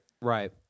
right